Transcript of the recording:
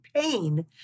pain